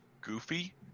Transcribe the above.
goofy